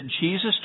Jesus